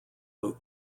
loop